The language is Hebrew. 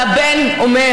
והבן אומר: